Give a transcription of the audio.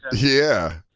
yeah.